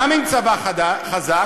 גם עם צבא חזק,